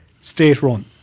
state-run